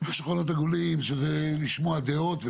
יש שולחנות עגולים שזה לשמוע דעות.